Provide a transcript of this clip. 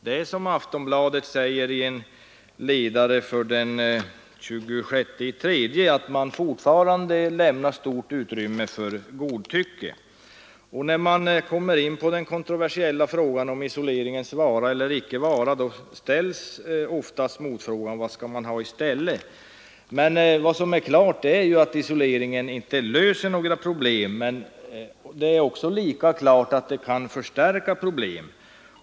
Det är så, som Aftonbladet skriver i en ledare av den 26 mars, att man fortfarande lämnar stort utrymme för godtycke. I debatter om den kontroversiella frågan om isoleringsstraffets vara eller icke vara ställs ofta motfrågan: Vad skall man ha i stället? Klart är att isolering inte löser några problem, men det är också lika klart att isolering kan öka redan existerande problem.